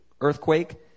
earthquake